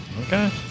Okay